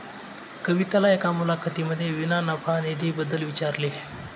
कविताला एका मुलाखतीमध्ये विना नफा निधी बद्दल विचारले